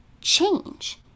change